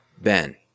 ben